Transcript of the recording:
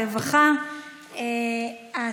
הרווחה והבריאות.